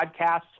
podcasts